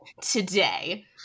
today